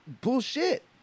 bullshit